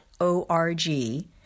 O-R-G